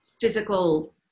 physical